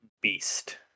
Beast